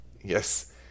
Yes